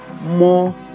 more